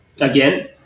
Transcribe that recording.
Again